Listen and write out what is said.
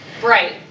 bright